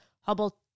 Hubble